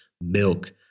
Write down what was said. milk